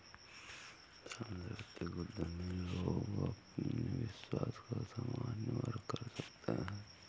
सांस्कृतिक उद्यमी पर लोग अपने विश्वासों का समन्वय कर सकते है